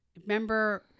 Remember